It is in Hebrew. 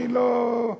אני לא,